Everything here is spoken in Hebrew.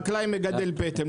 חקלאי מגדל פטם.